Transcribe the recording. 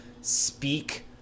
speak